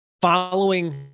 following